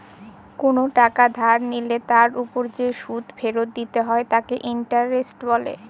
কোন টাকা ধার নিলে তার ওপর যে সুদ ফেরত দিতে হয় তাকে ইন্টারেস্ট বলে